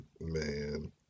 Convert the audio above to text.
man